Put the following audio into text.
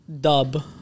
dub